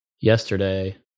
yesterday